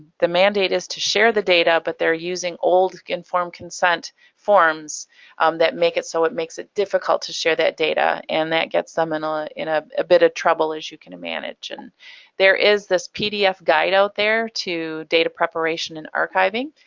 the mandate is to share the data, but they're using old informed consent forms um that make it so it makes it difficult to share that data and that gets them in ah a ah ah bit of trouble, as you can imagine. there is this pdf guide out there to data preparation and archiving.